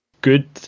good